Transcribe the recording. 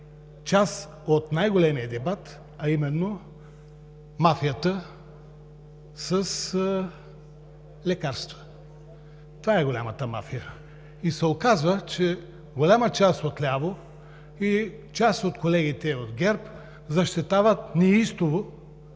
част от най-големия дебат, а именно мафията с лекарства. Това е голямата мафия. И се оказва, че голяма част от ляво и част от колегите от ГЕРБ защитават неистово